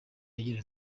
agira